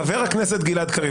חבר הכנסת גלעד קריב.